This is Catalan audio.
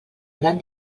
gran